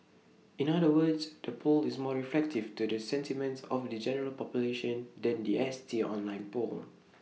in other words the poll is more reflective to the sentiments of the general population than The S T online poll